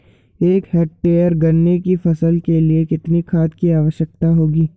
एक हेक्टेयर गन्ने की फसल के लिए कितनी खाद की आवश्यकता होगी?